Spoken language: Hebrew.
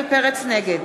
נגד